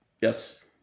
Yes